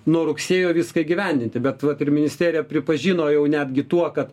nuo rugsėjo viską įgyvendinti bet vat ir ministerija pripažino jau netgi tuo kad